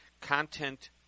content